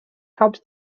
helps